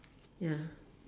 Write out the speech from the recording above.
ya